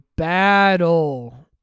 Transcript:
Battle